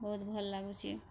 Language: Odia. ବହୁତ ଭଲ୍ ଲାଗୁଛି